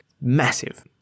Massive